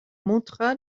montra